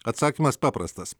atsakymas paprastas